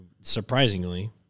Surprisingly